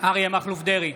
אריה מכלוף דרעי,